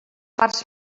parts